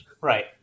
Right